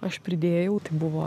aš pridėjau tai buvo